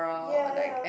yeah yeah